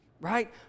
Right